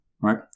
Right